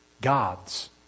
gods